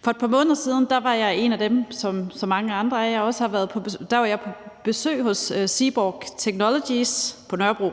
For et par måneder siden var jeg som så mange andre af jer på besøg hos Seaborg Technologies på Nørrebro,